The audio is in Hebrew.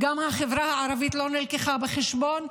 החברה הערבית לא נלקחה בחשבון.